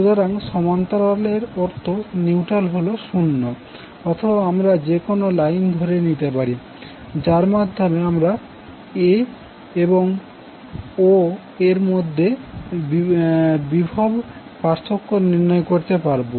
সুতরাং সমান্তরাল এর অর্থ নিউট্রাল হল শূন্য অথবা আমরা যে কোনো লাইন ধরে নিতে পারি যার মাধ্যমে আমরা a এবং o এর মধ্যে বিভব পার্থক্য নির্ণয় করতে পারবো